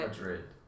Madrid